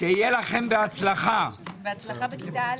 שיהיה לכם בהצלחה בכיתה א'.